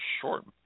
short